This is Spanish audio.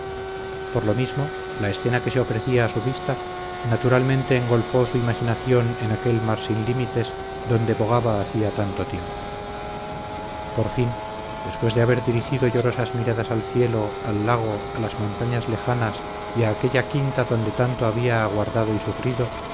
por lo mismo la escena que se ofrecía a su vista naturalmente engolfó su imaginación en aquel mar sin límites donde bogaba hacía tanto tiempo por fin después de haber dirigido llorosas miradas al cielo al lago a las montañas lejanas y a aquella quinta donde tanto había aguardado y sufrido